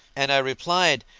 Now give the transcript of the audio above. and i replied,